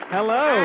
Hello